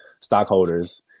stockholders